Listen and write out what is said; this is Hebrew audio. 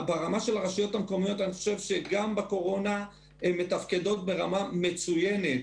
ברמה של הרשויות המקומיות אני חושב שהן גם בקורונה מתפקדות ברמה מצוינת,